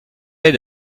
lès